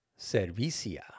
servicia